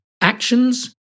actions